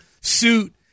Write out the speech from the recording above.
suit